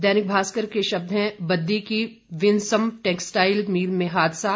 दैनिक भास्कर के शब्द हैं बद्दी की विंसम टैक्सटाइल मील में हादसा